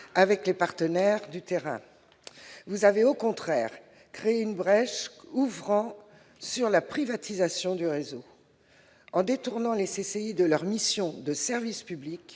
avec les partenaires du terrain. Vous avez au contraire ouvert une brèche conduisant à la privatisation du réseau. En détournant les CCI de leur mission de service public,